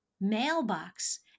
mailbox